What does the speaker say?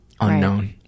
unknown